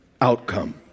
outcome